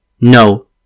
No